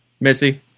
Missy